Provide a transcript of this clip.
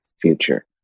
future